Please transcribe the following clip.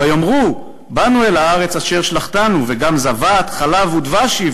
"ויאמרו באנו אל הארץ אשר שלחתנו וגם זבת חלב ודבש היא,